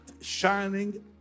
shining